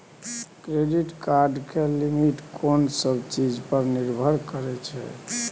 Credit card के limit कोन सब चीज पर निर्भर करै छै?